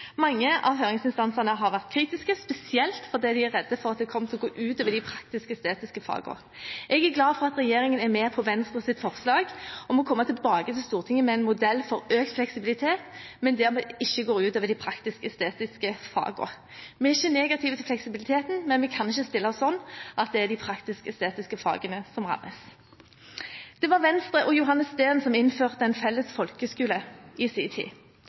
Mange av høringsinstansene har vært kritiske, spesielt fordi de er redde for at det kommer til å gå ut over de praktisk-estetiske fagene. Jeg er glad for at regjeringen er med på Venstres forslag om å komme tilbake til Stortinget med en modell for økt fleksibilitet, men det må ikke gå ut over de praktisk-estetiske fagene. Vi er ikke negative til fleksibiliteten, men vi kan ikke stille oss sånn at det er de praktisk-estetiske fagene som rammes. Det var Venstre og Johannes Steen som innførte en felles folkeskole i sin tid.